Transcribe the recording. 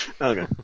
Okay